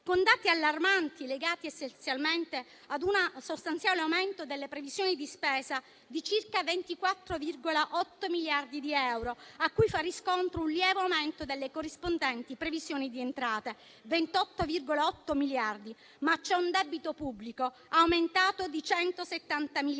con dati allarmanti, legati essenzialmente ad un sostanziale aumento delle previsioni di spesa di circa 24,8 miliardi di euro, a cui fa riscontro un lieve aumento delle corrispondenti previsioni di entrate (28,8 miliardi). Ma c'è un debito pubblico aumentato di 170 miliardi